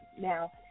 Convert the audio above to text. Now